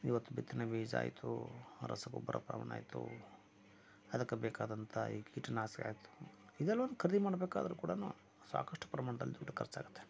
ಇವತ್ತು ಬಿತ್ತನೆ ಬೀಜ ಆಯಿತು ರಸಗೊಬ್ಬರ ಪ್ರಮಾಣ ಆಯಿತು ಅದಕ್ಕೆ ಬೇಕಾದಂತ ಈ ಕೀಟನಾಶಕ ಆಯಿತು ಇದೆಲ್ಲ ಒಂದು ಖರೀದಿ ಮಾಡಬೇಕಾದ್ರು ಕೂಡಾ ಸಾಕಷ್ಟು ಪ್ರಮಾಣದಲ್ಲಿ ದುಡ್ಡು ಖರ್ಚಾಗುತ್ತೆ